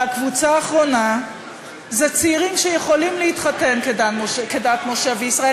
הקבוצה האחרונה היא של צעירים שיכולים להתחתן כדת משה וישראל.